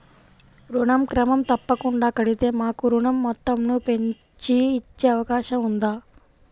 ఋణం క్రమం తప్పకుండా కడితే మాకు ఋణం మొత్తంను పెంచి ఇచ్చే అవకాశం ఉందా?